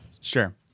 Sure